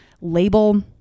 label